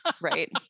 right